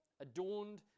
adorned